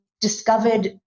discovered